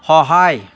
সহায়